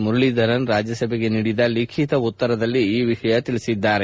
ಮುರಳೀಧರನ್ ರಾಜ್ನಸಭೆಗೆ ನೀಡಿದ ಲಿಖಿತ ಉತ್ತರದಲ್ಲಿ ಈ ವಿಷಯ ತಿಳಿಸಿದ್ದಾರೆ